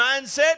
mindset